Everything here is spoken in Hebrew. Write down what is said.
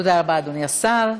תודה רבה, אדוני השר.